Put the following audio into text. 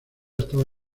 estaba